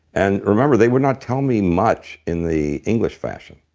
and remember, they would not tell me much in the english fashion.